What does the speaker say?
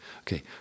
Okay